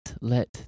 let